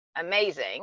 amazing